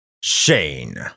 Shane